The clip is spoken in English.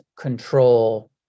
control